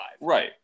Right